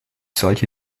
solche